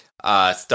Start